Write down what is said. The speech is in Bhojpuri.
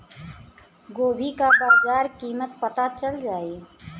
गोभी का बाजार कीमत पता चल जाई?